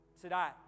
today